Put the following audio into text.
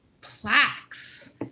plaques